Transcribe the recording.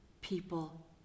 people